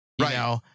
right